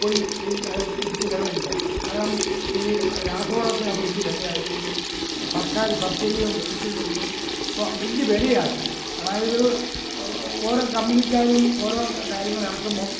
പൊടി വിറ്റ് ചെലവഴിയ്ക്കാൻ കാരണം ഈ രാസവളത്തിനൊക്കെ വലിയ വില ആയതുകൊണ്ടും സർക്കാര് സബ്സിഡികൾ നിർത്തിയതുകൊണ്ടും വലിയ വിലയാണ് അതിന് അതായത് ഓരോ കമ്പനിക്കാരും ഓരോ കാര്യങ്ങളിറക്കുമ്പോള്